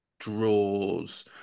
draws